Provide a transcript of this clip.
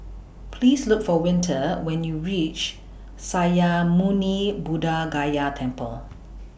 Please Look For Winter when YOU REACH Sakya Muni Buddha Gaya Temple